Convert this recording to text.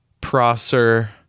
Prosser